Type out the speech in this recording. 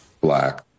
black